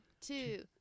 two